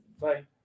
Bye